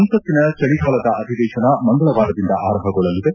ಸಂಸತಿನ ಚಳಿಗಾಲದ ಅಧಿವೇಶನ ಮಂಗಳವಾರದಿಂದ ಆರಂಭಗೊಳ್ಳಲಿದೆ